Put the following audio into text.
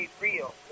real